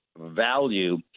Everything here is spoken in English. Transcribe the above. value